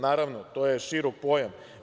Naravno, to je širok pojam.